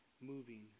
moving